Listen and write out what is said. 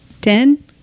ten